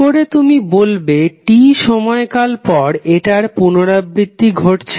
কি করে তুমি বলবে T সময়কাল পর এটার পুনরাবৃত্তি ঘটছে